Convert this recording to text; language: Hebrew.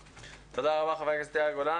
תודה רבה, חבר הכנסת יאיר גולן.